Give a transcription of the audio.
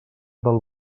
del